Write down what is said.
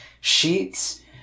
sheets